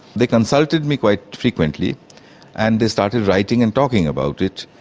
they consulted me quite frequently and they started writing and talking about it.